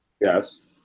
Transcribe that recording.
Yes